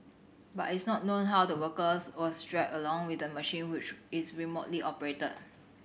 but it's not known how the workers was dragged along with the machine which is remotely operated